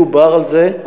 דובר על זה,